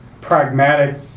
pragmatic